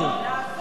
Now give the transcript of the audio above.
לעבוד.